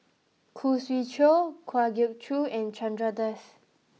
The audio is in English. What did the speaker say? Khoo Swee Chiow Kwa Geok Choo and Chandra Das